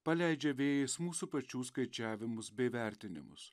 paleidžia vėjais mūsų pačių skaičiavimus bei vertinimus